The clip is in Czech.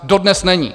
Dodnes není.